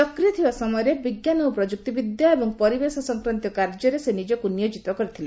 ସକ୍ରିୟ ଥିବା ସମୟରେ ବିଜ୍ଞାନ ଓ ପ୍ରଯୁକ୍ତି ବିଦ୍ୟା ଏବଂ ପରିବେଶ ସଂକ୍ରାନ୍ତୀୟ କାର୍ଯ୍ୟରେ ସେ ନିଜକୁ ନିୟୋଜିତ କରିଥିଲେ